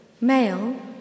male